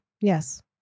yes